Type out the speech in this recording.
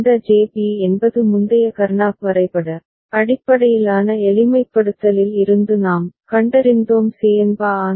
இந்த JB என்பது முந்தைய கர்னாக் வரைபட அடிப்படையிலான எளிமைப்படுத்தலில் இருந்து நாம் கண்டறிந்தோம் Cn bar An